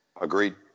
Agreed